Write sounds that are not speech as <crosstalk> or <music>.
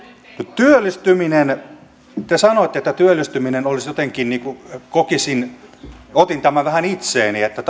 työllistyminen te sanoitte että työllistyminen olisi jotenkin kokisin otin tämän vähän itseeni että <unintelligible>